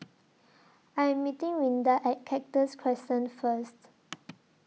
I Am meeting Rinda At Cactus Crescent First